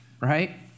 right